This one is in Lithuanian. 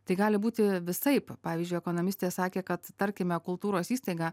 tai gali būti visaip pavyzdžiui ekonomistė sakė kad tarkime kultūros įstaiga